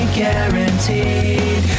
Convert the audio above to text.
guaranteed